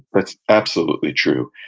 that's absolutely true.